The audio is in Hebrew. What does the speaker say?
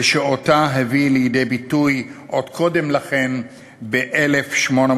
ושהביא לידי ביטוי עוד קודם לכן, ב-1896,